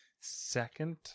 second